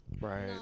Right